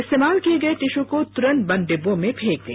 इस्तेमाल किये गए टिशू को तुरंत बंद डिब्बोमें फेंक दें